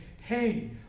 hey